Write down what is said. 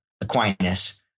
Aquinas